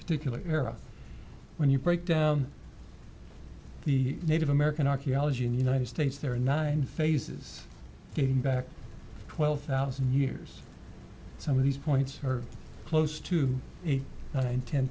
particular era when you break down the native american archaeology in the united states there are nine phases dating back twelve thousand years some of these points are close to eight nine ten